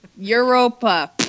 Europa